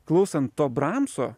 klausant to bramso